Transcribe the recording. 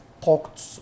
Talked